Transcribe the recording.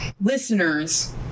listeners